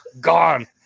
gone